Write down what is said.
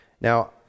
Now